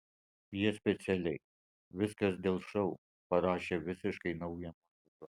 jie specialiai viskas dėl šou parašė visiškai naują muziką